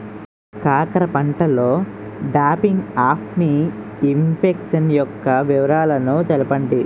కాకర పంటలో డంపింగ్ఆఫ్ని ఇన్ఫెక్షన్ యెక్క నివారణలు తెలపండి?